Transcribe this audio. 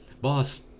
boss